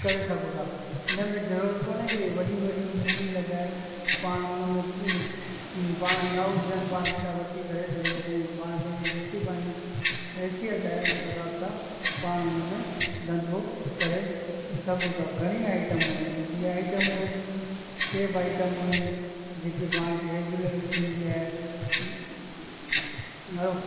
करे सघूं था हिन में ज़रूरत कोने कि वॾी वॾियूं मूड़ी लॻाए पाण उनमें पाण वटि न हुजनि पाण किथां वठी करे धंधो कयूं पाण पंहिंजी जेकी पंहिंजी हैसियत आहे उन हिसाब सां पाण उन में धंधो करे सघूं था घणी आइटमूं आहिनि ॿी बि आइटमूं आहिनि सेव आइटमूं आहिनि जेकी पाण खे रेग्यूलर थींदी आहे